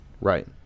Right